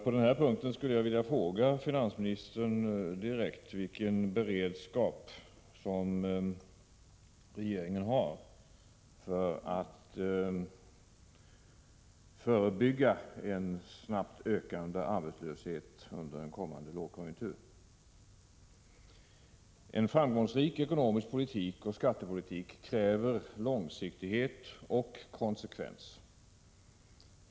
På den här punkten skulle jag vilja fråga finansministern direkt vilken beredskap regeringen har för att förebygga en snabbt ökande arbetslöshet under en kommande lågkonjunktur. En framgångsrik ekonomisk politik och skattepolitik kräver långsiktighet och konsekvens.